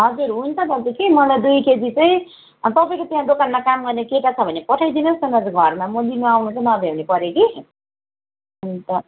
हजुर हुन्छ दाजु कि मलाई दुई केजी चाहिँ तपाईँको त्यहाँ दोकानमा काम गर्ने केटा छ भने पठाइदिनुहोस् न दाजु घरमा म लिनु आउनु चाहिँ नभ्याउने परेँ कि अन्त